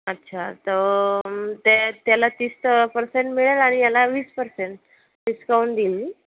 अच्छा तर त्याला तीस परसेंट मिळेल आणि याला वीस परसेंट डिस्काउंट देईन मी